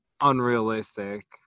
unrealistic